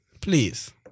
please